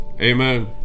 Amen